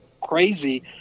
crazy